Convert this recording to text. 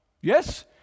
Yes